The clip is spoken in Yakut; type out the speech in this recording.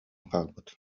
хаалбыт